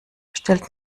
stellt